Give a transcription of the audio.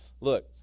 Look